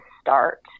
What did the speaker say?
start